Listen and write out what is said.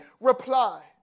reply